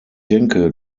denke